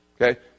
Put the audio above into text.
Okay